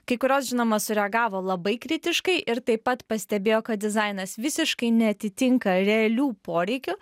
kai kurios žinoma sureagavo labai kritiškai ir taip pat pastebėjo kad dizainas visiškai neatitinka realių poreikių